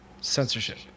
censorship